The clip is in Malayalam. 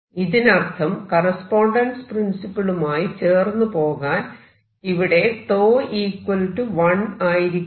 ഇതിനർത്ഥം കറസ്പോണ്ടൻസ് പ്രിൻസിപ്പിളുമായി ചേർന്നുപോകാൻ ഇവിടെ 𝞃 1 ആയിരിക്കണം